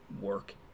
work